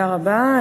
תודה רבה.